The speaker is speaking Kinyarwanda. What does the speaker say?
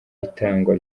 itangwa